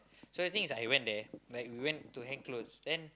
so the thing is I went there like we went to hang clothes then